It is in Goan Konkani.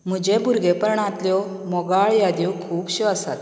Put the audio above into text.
म्हुजे भुरगेंपणांतल्यो मोगाळ यादी खुबश्यो आसात